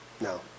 No